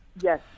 Yes